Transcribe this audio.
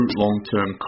long-term